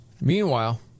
Meanwhile